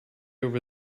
over